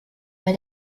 bei